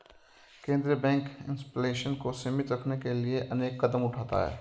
केंद्रीय bank inflation को सीमित रखने के लिए अनेक कदम उठाता है